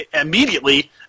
immediately